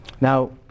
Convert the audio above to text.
Now